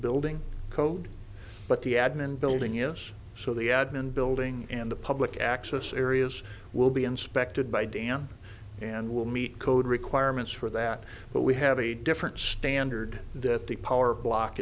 building code but the admin building is so the admin building and the public access areas will be inspected by dan and will meet code requirements for that but we have a different standard that the power block